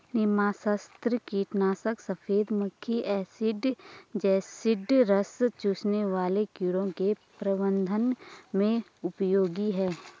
नीमास्त्र कीटनाशक सफेद मक्खी एफिड जसीड रस चूसने वाले कीड़ों के प्रबंधन में उपयोगी है